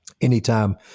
anytime